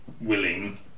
willing